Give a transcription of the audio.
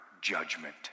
judgment